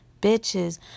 bitches